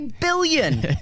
billion